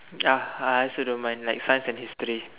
ya I also don't mind like science and history